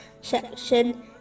section